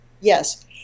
yes